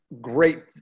great